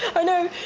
i know!